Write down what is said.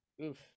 oof